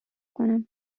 کنم